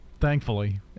thankfully